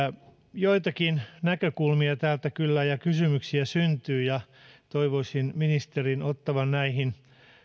joitakin näkökulmia ja kysymyksiä tästä kyllä syntyy ja toivoisin ministerin ottavan näihin